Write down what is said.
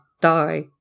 die